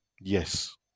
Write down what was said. Yes